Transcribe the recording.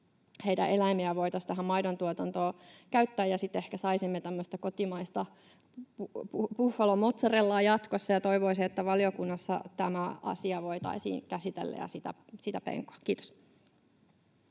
heidän eläimiään voitaisiin tähän maidontuotantoon käyttää, ja sitten ehkä saisimme tämmöistä kotimaista buffalomozzarellaa jatkossa. Toivoisin, että valiokunnassa tämä asia voitaisiin käsitellä ja sitä penkoa. — Kiitos.